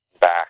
back